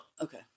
Okay